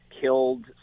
killed